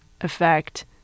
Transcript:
effect